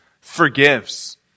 forgives